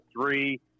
three